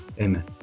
Amen